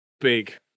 big